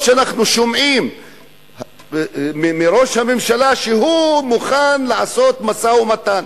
אף-על-פי שאנחנו שומעים מראש הממשלה שהוא מוכן לעשות משא-ומתן.